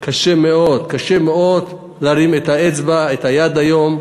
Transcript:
קשה מאוד, קשה מאוד להרים את האצבע, את היד היום,